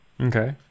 Okay